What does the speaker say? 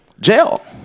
Jail